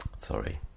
Sorry